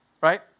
right